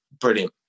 brilliant